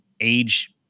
age